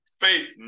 faith